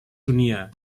dunia